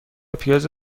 پیاز